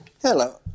Hello